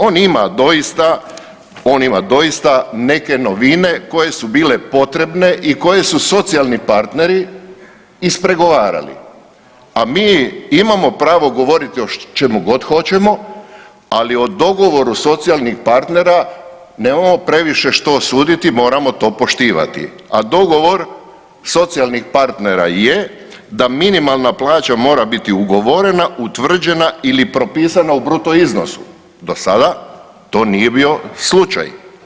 On ima doista, on ima doista neke novine koje su bile potrebne i koji su socijalni partneri ispregovarali, a mi imamo pravo govoriti o čemu god hoćemo, ali o dogovoru socijalnih partnera nemamo previše što suditi, moramo to poštivati, a dogovor socijalnih partnera je da minimalna plaća mora biti ugovorena, utvrđena ili propisana u bruto iznosu, do sada to nije bio slučaj.